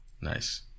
nice